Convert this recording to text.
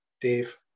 Dave